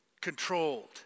Controlled